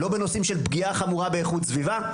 לא בנושאים של פגיעה חמורה באיכות סביבה,